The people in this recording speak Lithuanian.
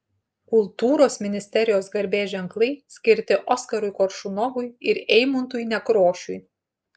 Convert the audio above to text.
kultūros ministerijos garbės ženklai skirti oskarui koršunovui ir eimuntui nekrošiui